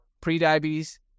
pre-diabetes